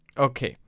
ok.